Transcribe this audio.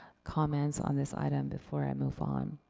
comments on this item before i move on?